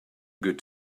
good